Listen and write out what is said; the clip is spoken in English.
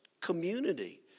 community